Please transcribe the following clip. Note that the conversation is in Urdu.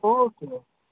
اوکے او